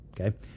Okay